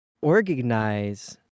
organize